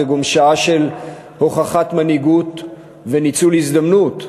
זו גם שעה של הוכחת מנהיגות וניצול הזדמנות.